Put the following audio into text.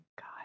God